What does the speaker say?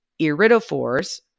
iridophores